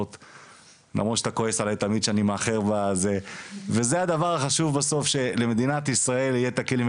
וזה הדבר החשוב בסוף שלמדינת ישראל יהיו את הכלים.